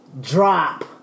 drop